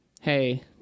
hey